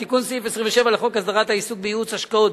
4. בתיקון סעיף 27 לחוק הסדרת העיסוק בייעוץ השקעות,